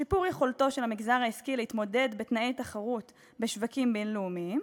שיפור יכולתו של המגזר העסקי להתמודד בתנאי תחרות בשווקים בין-לאומיים,